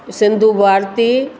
Sindhu Bharti